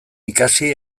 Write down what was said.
ikasi